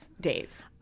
days